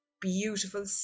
beautiful